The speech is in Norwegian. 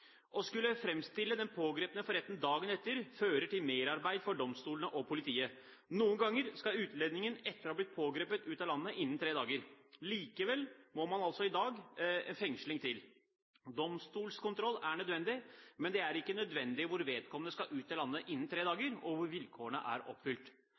Å skulle framstille den pågrepne for retten dagen etter fører til merarbeid for domstolene og politiet. Noen ganger skal utlendingen etter å ha blitt pågrepet, ut av landet innen tre dager. Likevel må det i dag fengsling til. Domstolskontroll er nødvendig, men det er ikke nødvendig når vedkommende skal ut av landet innen tre dager, og vilkårene er oppfylt.